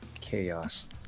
chaos